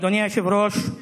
לפיד.